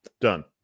done